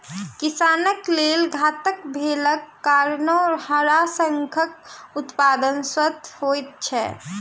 किसानक लेल घातक भेलाक कारणेँ हड़ाशंखक उत्पादन स्वतः होइत छै